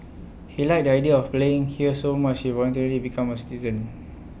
he liked the idea of playing here so much he voluntarily became A citizen